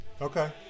Okay